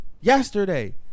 yesterday